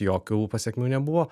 jokių pasekmių nebuvo